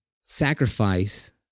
sacrifice